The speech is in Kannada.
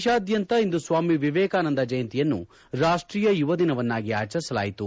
ದೇಶಾದ್ಯಂತ ಇಂದು ಸ್ವಾಮಿ ವಿವೇಕಾನಂದ ಜಯಂತಿಯನ್ನು ರಾಷ್ಟೀಯ ಯುವ ದಿನವನ್ನಾಗಿ ಆಚರಿಸಲಾಯಿತು